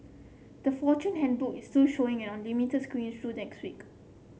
the Fortune Handbook is still showing on limited screen through next week